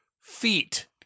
feet